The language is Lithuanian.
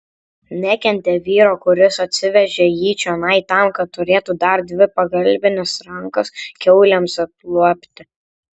nekentė vyro kuris atsivežė jį čionai tam kad turėtų dar dvi pagalbines rankas kiaulėms apliuobti